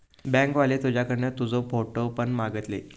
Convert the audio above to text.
bank वाले तुझ्याकडना तुजो फोटो पण मागतले